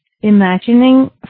imagining